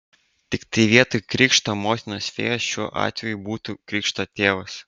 tiktai vietoj krikšto motinos fėjos šiuo atveju būtų krikšto tėvas